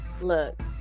Look